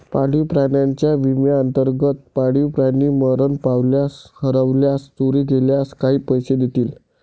पाळीव प्राण्यांच्या विम्याअंतर्गत, पाळीव प्राणी मरण पावल्यास, हरवल्यास, चोरी गेल्यास काही पैसे देतील